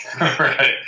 Right